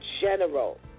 general